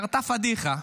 קרתה פדיחה.